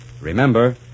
Remember